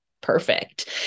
Perfect